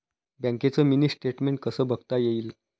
बँकेचं mini statement कसं बघता येईल?